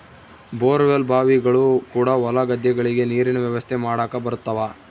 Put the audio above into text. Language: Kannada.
ಬೋರ್ ವೆಲ್ ಬಾವಿಗಳು ಕೂಡ ಹೊಲ ಗದ್ದೆಗಳಿಗೆ ನೀರಿನ ವ್ಯವಸ್ಥೆ ಮಾಡಕ ಬರುತವ